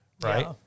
right